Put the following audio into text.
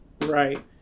Right